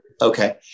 Okay